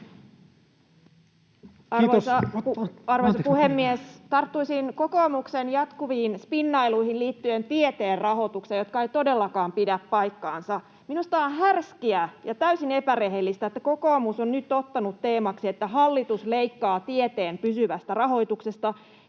rahoitukseen liittyen kokoomuksen jatkuviin spinnailuihin, jotka eivät todellakaan pidä paikkaansa. Minusta on härskiä ja täysin epärehellistä, että kokoomus on nyt ottanut teemaksi, että hallitus leikkaa tieteen pysyvästä rahoituksesta,